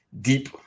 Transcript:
deep